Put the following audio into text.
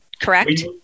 correct